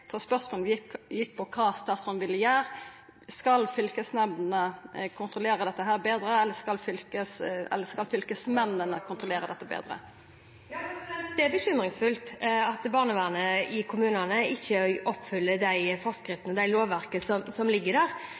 spørsmålet mitt gjekk på kva statsråden ville gjera: Skal fylkesnemndene kontrollera dette betre, eller skal fylkesmennene kontrollera dette betre? Det er bekymringsfullt at barnevernet i kommunene ikke følger de forskriftene og det lovverket som ligger der,